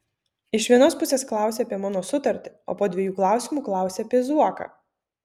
iš vienos pusės klausi apie mano sutartį o po dviejų klausimų klausi apie zuoką